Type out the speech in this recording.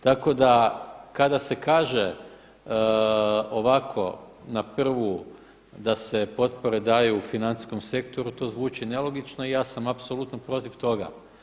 Tako da kada se kaže ovako na prvu da se potpore daju u financijskom sektoru to zvuči nelogično i ja sam apsolutno protiv toga.